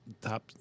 top